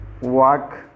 walk